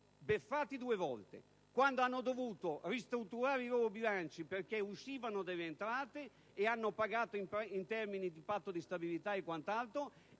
beffati due volte: quando hanno dovuto ristrutturare i loro bilanci perché venivano meno alcune entrate pagando in termini di Patto di stabilità e quant'altro,